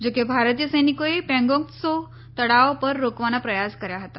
જો કે ભારતીય સૈનિકોએ પેંગોંગ ત્સો તળાવ પર રોકવાના પ્રયાસ કર્યા હતા